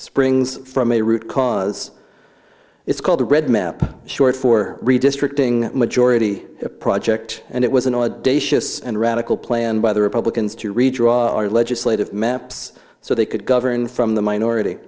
springs from a root cause it's called the red map short for redistricting majority project and it was an odd day shifts and radical plan by the republicans to redraw our legislative maps so they could govern from the minority